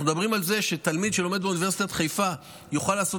אנחנו מדברים על זה שתלמיד שלומד באוניברסיטת חיפה יוכל לעשות